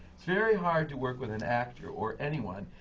it's very hard to work with an actor, or anyone,